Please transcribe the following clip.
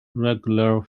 regular